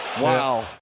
Wow